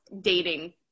dating